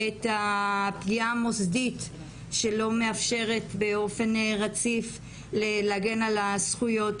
את הפגיעה המוסדית שלא מאפשרת באופן רציף להגן על הזכויות